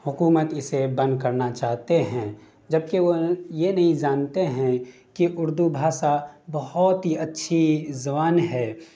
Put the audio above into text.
حکومت اسے بند کرنا چاہتے ہیں جبکہ وہ یہ نہیں جانتے ہیں کہ اردو بھاشا بہت ہی اچھی زبان ہے